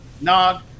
Nog